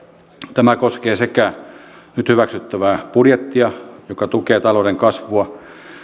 tämä koskee nyt hyväksyttävää budjettia joka tukee talouden kasvua ja